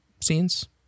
scenes